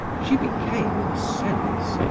she became, in a sense,